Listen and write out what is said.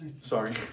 Sorry